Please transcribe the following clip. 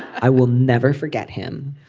i will never forget him.